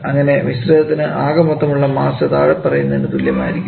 അങ്ങനെ മിശ്രിതത്തിന് ആകെമൊത്തം ഉള്ള മാസ് താഴെപ്പറയുന്നതിനു തുല്യമായിരിക്കും